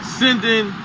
sending